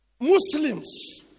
muslims